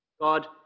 God